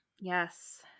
Yes